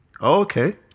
Okay